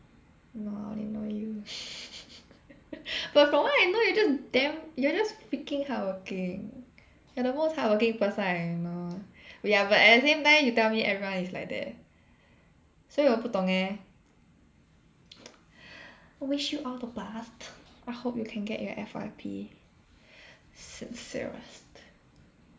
no I only know you but from what I know you're just damn you're just freaking hardworking you're the most hardworking person I know ya but at the same time you tell me everyone is like that 所以我不懂 eh I wish you all the best I hope you can get your F_Y_P sincerest